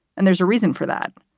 and there's a reason for that.